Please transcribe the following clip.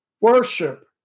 worship